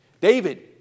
David